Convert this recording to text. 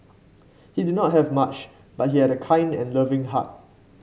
he did not have much but he had a kind and loving heart